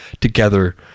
together